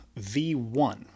V1